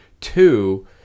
Two